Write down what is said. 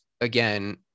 again